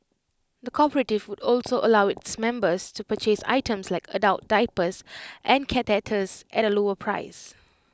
the cooperative would also allow its members to purchase items like adult diapers and catheters at A lower price